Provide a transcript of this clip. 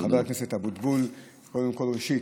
חבר הכנסת אבוטבול, קודם כול, ראשית,